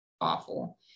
awful